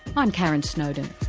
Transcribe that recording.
um karon snowdon